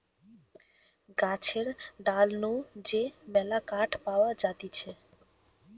গাছের ডাল নু যে মেলা কাঠ পাওয়া যাতিছে